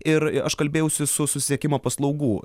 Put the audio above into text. ir aš kalbėjausi su susisiekimo paslaugų